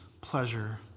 pleasure